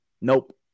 Nope